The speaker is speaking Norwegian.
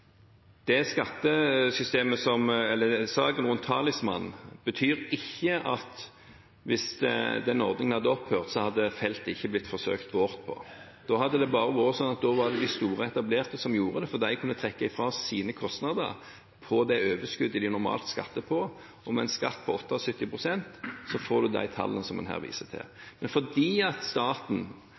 skattesystemet: Saken om Talisman betyr ikke at hvis ordningen hadde opphørt, så hadde ikke feltet blitt forsøkt boret på. Da hadde det bare vært sånn at det var de store etablerte som gjorde det, for de kunne trekke sine kostnader fra overskuddet de normalt skatter på. Med en skatt på 78 pst. får en de tallene en her viser til. Men fordi staten ønsker at